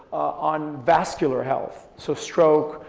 on vascular health so stroke,